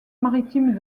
maritime